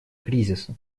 кризиса